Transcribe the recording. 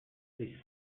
c’est